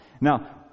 Now